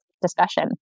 discussion